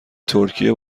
ترکیه